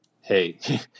Hey